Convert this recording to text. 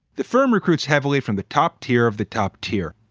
the firm recruits heavily from the top tier of the top tier.